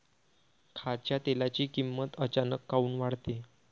खाच्या तेलाची किमत अचानक काऊन वाढते?